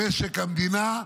משק המדינה,